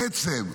בעצם,